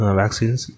vaccines